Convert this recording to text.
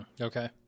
Okay